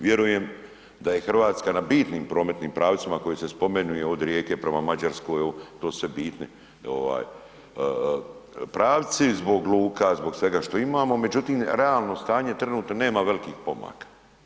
Vjerujem da je Hrvatska na bitnim prometnim pravcima koji se spominju od Rijeke prema Mađarskoj, to su sve bitni pravci zbog luka, zbog svega što imamo, međutim realno stanje je trenutno nema velikih pomaka.